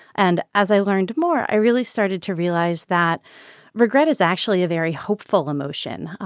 and as i learned more, i really started to realize that regret is actually a very hopeful emotion.